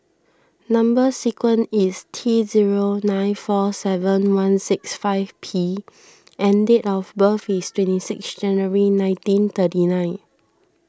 Number Sequence is T zero nine four seven one six five P and date of birth is twenty six January nineteen thirty nine